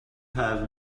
have